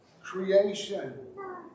creation